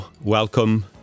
welcome